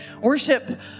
Worship